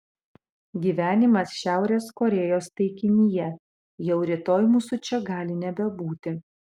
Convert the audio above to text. gyvenimas šiaurės korėjos taikinyje jau rytoj mūsų čia gali nebebūti